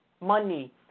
Money